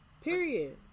period